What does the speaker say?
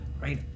right